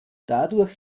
dadurch